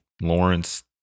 Lawrence